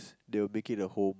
they'll make it a home